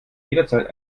jederzeit